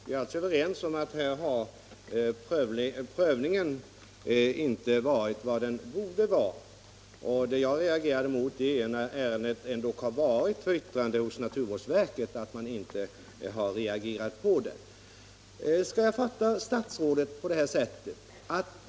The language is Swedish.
Herr talman! Vi är alltså överens om att prövningen i detta fall inte varit vad den borde vara. Det jag vänt mig mot är att naturvårdsverket, som ändå hade ärendet för vttrande, inte har reagerat.